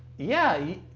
yeah,